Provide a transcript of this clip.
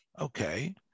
Okay